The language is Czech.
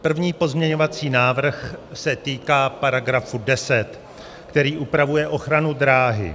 První pozměňovací návrh se týká § 10, který upravuje ochranu dráhy.